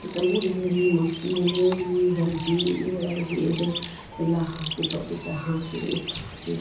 ಮತ್ತು ಮೂಲಂಗಿ ಮೊಸ್ ಮೂಲಂಗಿ ಎರ್ಜಿ ಉಳಾಗಡ್ಡಿ ಇದು ಎಲ್ಲ ಹಾಕಿ ಸೌತೆ ಕಾಯಿ ಹಾಕಿ ಮೊಸ್ರು ಹಾಕಿ